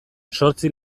zortzi